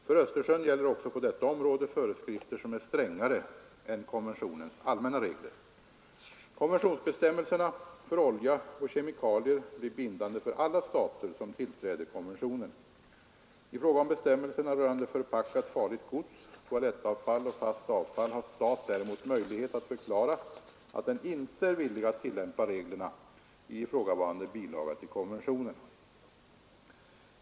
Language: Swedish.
För Östersjön gäller också på detta område föreskrifter som är strängare än konventionens allmänna regler. Konventionsbestämmelserna för olja och kemikalier blir bindande för alla stater som tillträder konventionen. I fråga om bestämmelserna rörande förpackat farligt gods, toalettavfall och fast avfall har stat däremot möjlighet att förklara att den inte är villig att tillämpa reglerna i ifrågavarande bilaga till konventionen.